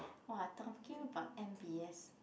!wah! taking about m_b_s